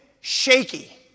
shaky